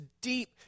deep